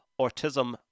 Autism